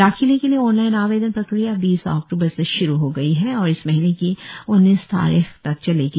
दाखिले के लिए ऑनलाइन आवेदन प्रक्रिया बीस अक्टूबर से श्रु हो गई है और इस महीने की उन्नीस तारीख तक चलेगी